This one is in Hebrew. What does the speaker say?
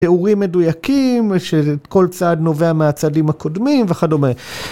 תיאורים מדויקים שכל צעד נובע מהצעדים הקודמים וכדומה.